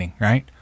right